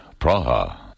Praha